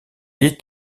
est